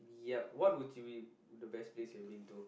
yep what would you be the best place you've been to